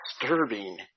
disturbing